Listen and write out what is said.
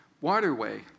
waterway